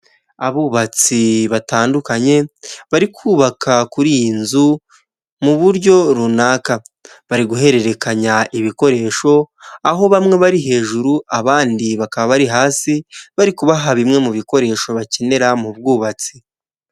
Abubatsi batandukanye bari kubaka kuri iyi nzu mu buryo runaka bari guhererekanya ibikoresho, aho bamwe bari hejuru abandi bakaba bari hasi, bari kubaha bimwe mu bikoresho bakenera mu bwubatsi.